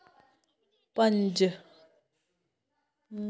पंज